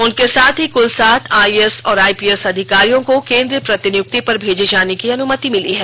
उनके साथ ही कुल सात आइएएस और आइपीएस अधिकारियों को केंद्रीय प्रतिनियुक्ति पर भेजे जाने की अनुमति मिली है